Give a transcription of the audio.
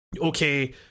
okay